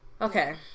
Okay